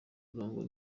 kurangwa